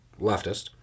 leftist